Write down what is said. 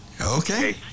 Okay